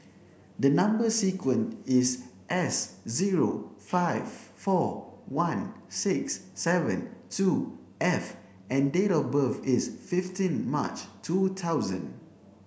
number sequence is S zero five four one six seven two F and date of birth is fifteen March two thousand